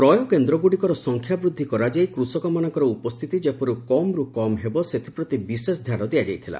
କ୍ରୟକେନ୍ଦ୍ରଗୁଡ଼ିକର ସଂଖ୍ୟା ବୃଦ୍ଧି କରାଯାଇ କୃଷକମାନଙ୍କର ଉପସ୍ଥିତି ଯେପରି କମ୍ରୁ କମ୍ ହେବ ସେଥିପ୍ରତି ବିଶେଷ ଧ୍ୟାନ ଦିଆଯାଇଥିଲା